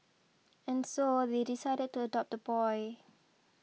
and so they decided to adopt the boy